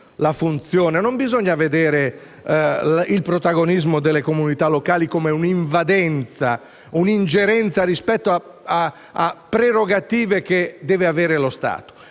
non bisogna vedere il protagonismo delle comunità locali come un'invadenza, un'ingerenza rispetto a prerogative che deve avere lo Stato.